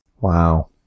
Wow